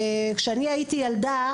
כשאני הייתי ילדה,